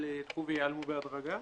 שאלה ילכו ויעלו בהדרגה.